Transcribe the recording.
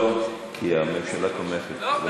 לא, כי הממשלה תומכת.